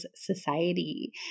Society